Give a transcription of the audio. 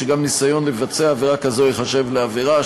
גם ניסיון לבצע עבירה כזו ייחשב לעבירה,